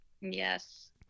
yes